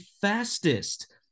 fastest